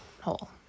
hole